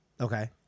okay